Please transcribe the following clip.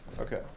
Okay